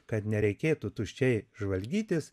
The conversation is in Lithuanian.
kad nereikėtų tuščiai žvalgytis